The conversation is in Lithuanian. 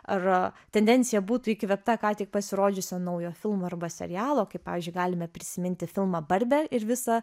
ar tendencija būtų įkvėpta ką tik pasirodžiusio naujo filmo arba serialo kaip pavyzdžiui galime prisiminti filmą barbė ir visą